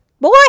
Boy